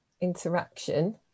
interaction